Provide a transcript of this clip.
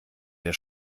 der